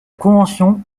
convention